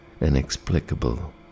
inexplicable